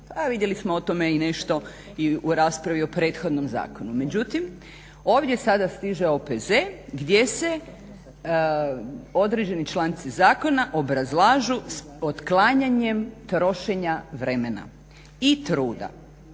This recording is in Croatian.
vidjeli smo o tome i nešto i u raspravi o prethodnom zakonu. Međutim, ovdje sada stiže OPZ gdje se određeni članci zakona obrazlažu otklanjanjem trošenja vremena i truda